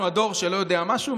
אנחנו הדור שלא יודע משהו,